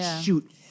shoot